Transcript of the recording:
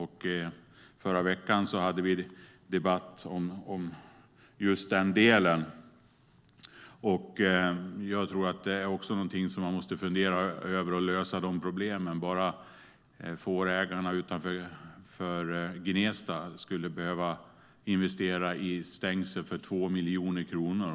I förra veckan hade vi en debatt om just denna del. Jag tror att också detta är någonting som man måste fundera över, och lösa problemen. Redan fårägarna utanför Gnesta skulle behöva investera i stängsel för 2 miljoner kronor.